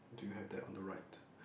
do you have that on the right